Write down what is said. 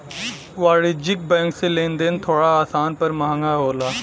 वाणिज्यिक बैंक से लेन देन थोड़ा आसान पर महंगा होला